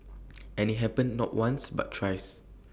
and IT happened not once but thrice